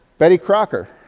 betty crocker,